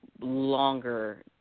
longer